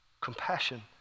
compassion